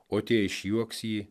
o tie išjuoks jį